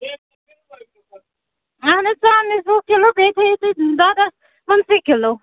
اَہن حظ ژامنٮ۪س وُہ کِلوٗ بیٚیہِ تھٲیِو تُہۍ دۄدَس پٕنٛژٕ کِلوٗ